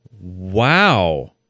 Wow